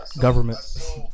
government